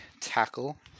tackle